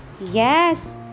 Yes